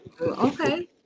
Okay